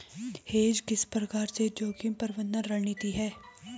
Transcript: Hedge किस प्रकार से जोखिम प्रबंधन रणनीति है?